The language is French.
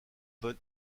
von